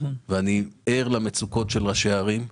אני ער למצוקות של ראשי הערים.